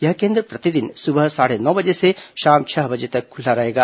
यह केन्द्र प्रतिदिन सुबह साढ़े नौ बजे से शाम छह बजे तक खुला रहेगा